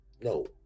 no